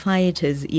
Fighters